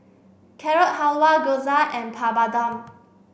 Carrot Halwa Gyoza and Papadum